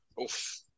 Oof